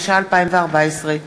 התשע"ה 2014,